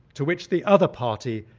to which the other party,